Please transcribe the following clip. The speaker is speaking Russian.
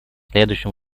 следующим